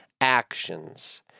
actions